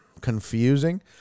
confusing